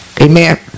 Amen